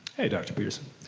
hi dr. peterson.